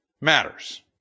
matters